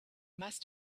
must